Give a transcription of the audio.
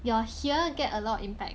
your here get a lot of impact